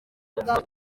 bwawe